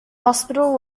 hospital